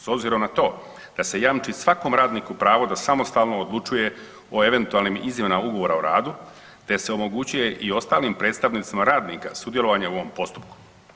S obzirom na to da se jamči svakom radniku pravo da samostalno odlučuje o eventualnim izmjenama ugovora o radu te se omogućuje i ostalim predstavnicima radnika sudjelovanje u ovom postupku.